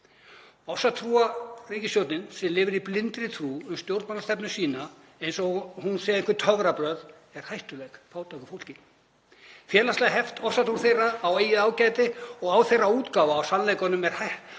Ofsatrúarríkisstjórnin, sem lifir í blindri trú á stjórnmálastefnu sína eins og hún sé einhver töfrabrögð, er hættuleg fátæku fólki. Félagslega heft ofsatrú þeirra á eigið ágæti og á þeirra útgáfu af sannleikanum um